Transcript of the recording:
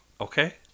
Okay